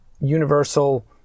universal